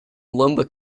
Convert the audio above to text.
lumber